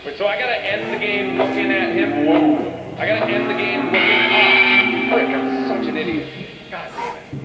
but so i got to end the game looking at him whoa i gotta end the game with ah frick i'm such an idiot goddamnit